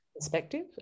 perspective